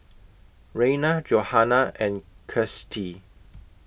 Rayna Johanna and Kirstie